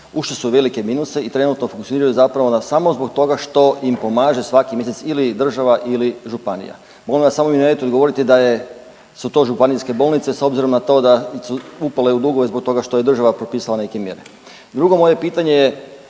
Ušle su u velike minuse i trenutno funkcioniraju zapravo samo zbog toga što im pomaže svaki mjesec ili država ili županija. Molim vas samo mi nemojte odgovoriti da je, su to županijske bolnice s obzirom na to da su upale u dugove zbog toga što je država propisala neke mjere. Drugo moje pitanje je